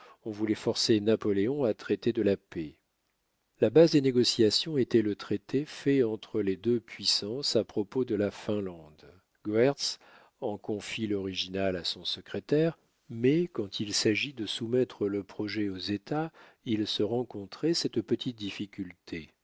on voulait forcer napoléon à traiter de la paix la base des négociations était le traité fait entre les deux puissances à propos de la finlande goërtz en confie l'original à son secrétaire mais quand il s'agit de soumettre le projet aux états il se rencontrait cette petite difficulté